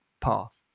path